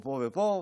פה ופה,